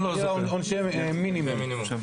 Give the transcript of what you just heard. הביאה עונשי מינימום.